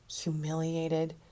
humiliated